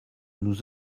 nous